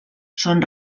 són